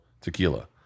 tequila